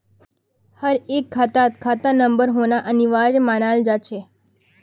हर एक खातात खाता नंबर होना अनिवार्य मानाल जा छे